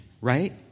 right